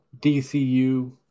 DCU